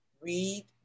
read